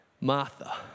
Martha